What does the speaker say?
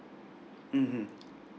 mmhmm